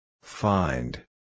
Find